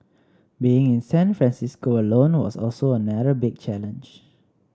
being in San Francisco alone was also another big challenge